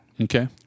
Okay